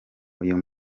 uyu